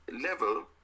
level